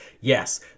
Yes